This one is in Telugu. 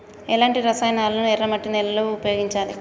ఎలాంటి రసాయనాలను ఎర్ర మట్టి నేల లో ఉపయోగించాలి?